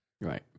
Right